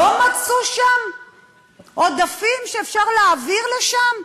לא מצאו עודפים שאפשר להעביר לשם?